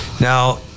Now